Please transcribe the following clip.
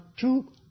two